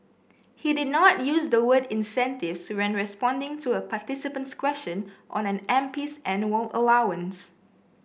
he did not use the word incentives when responding to a participant's question on an M P's annual allowance